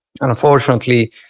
unfortunately